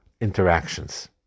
interactions